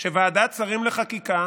שוועדת השרים לחקיקה